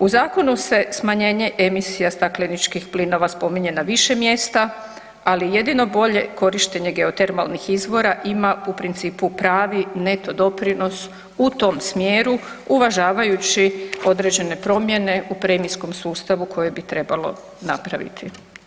U zakonu se smanjenje emisija stakleničkih plinova spominje na više mjesta, ali jedino bolje korištenje geotermalnih izvora ima u principu pravi neto doprinos u tom smjeru uvažavajući određene promjene u premijskom sustavu koje bi trebalo napraviti.